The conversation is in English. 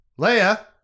Leia